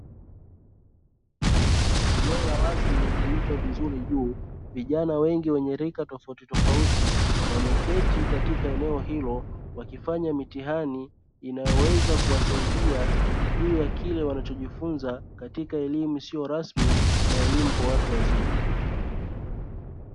Eneo la wazi lililofunikwa vizuri juu, vijana wengi wenye rika tofauti tofauti wameketi katika eneo hilo wakifanya mitihani inayoweza kuwasaidia juu ya kile wanachojifunza katika elimu isiyo rasmi na elimu kwa watu wazima.